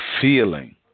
feeling